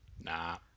Nah